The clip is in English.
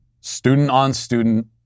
student-on-student